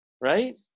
right